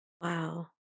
Wow